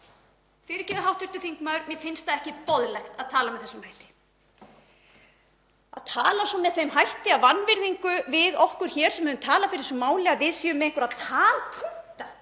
fyrirgefið, hv. þingmaður, mér finnst ekki boðlegt að tala með þessum hætti. Að tala svo með þeim hætti, af vanvirðingu við okkur hér sem höfum talað fyrir þessu máli, að við séum með einhverja talpunkta,